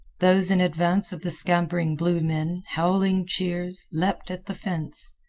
those in advance of the scampering blue men, howling cheers, leaped at the fence.